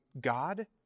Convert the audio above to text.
God